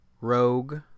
Rogue